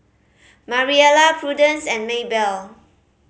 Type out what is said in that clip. Mariela Prudence and Maybell